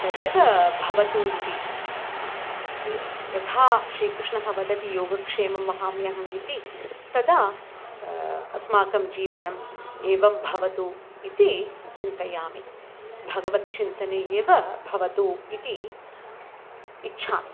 तदेव भवतु इति यथा श्रीकृष्णः वदति योगक्षेमं वहाम्यहम् इति तदा अस्माकं जीवनम् एवं भवतु इति चिन्तयामि भगवत् चिन्तने एव भवतु इति इच्छा